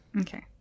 Okay